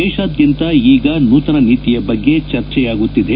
ದೇಶಾದ್ಯಂತ ಈಗ ನೂತನ ನೀತಿಯ ಬಗ್ಗೆ ಚರ್ಚೆಯಾಗುತ್ತಿದೆ